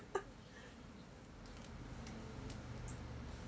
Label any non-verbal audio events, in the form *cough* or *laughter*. *laughs*